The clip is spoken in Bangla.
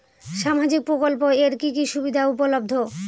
সামাজিক প্রকল্প এর কি কি সুবিধা উপলব্ধ?